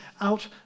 out